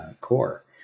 core